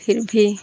फिर भी